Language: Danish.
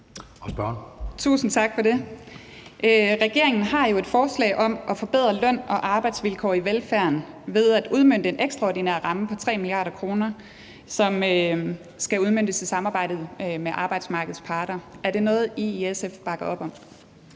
Tusind tak for det. Regeringen har jo et forslag om at forbedre løn- og arbejdsvilkår inden for velfærden ved at udmønte en ekstraordinær ramme på 3 mia. kr., som skal udmøntes i samarbejde med arbejdsmarkedets parter. Er det noget, I i SF bakker op om?